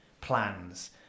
plans